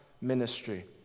ministry